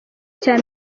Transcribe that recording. cya